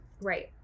Right